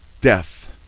death